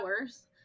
hours